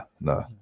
no